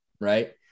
Right